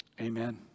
amen